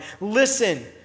Listen